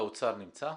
משרד האוצר נמצא?